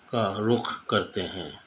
کا رخ کرتے ہیں